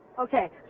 okay